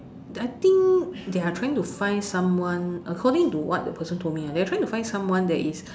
I think they are trying find someone according to what the person told me ah they are trying to find someone that is